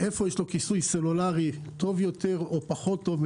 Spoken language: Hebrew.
איפה יש לו כיסוי סלולרי טוב יותר או פחות טוב,